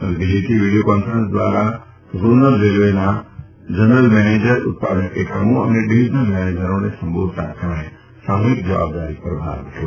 નવી દિલ્હીથી video conference દ્વારા ઝોનલ રેલવેના જનરલ મેનેજર ઉત્પાદક એકમો અને ડિવિઝનલ મેનેજરોને સંબોધતાં તેમણે સામૂહિક જવાબદારી પર ભાર મૂક્યો